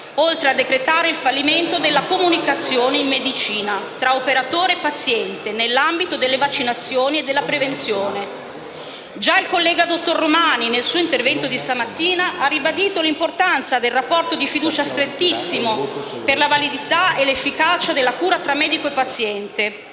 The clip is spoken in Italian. oltre a decretare il fallimento della comunicazione in medicina tra operatore e paziente nell'ambito delle vaccinazioni e della prevenzione. Già il mio collega, dottor Romani, nel suo intervento di stamattina ha ribadito l'importanza del rapporto di fiducia strettissimo per la validità e l'efficacia della cura tra medico e paziente.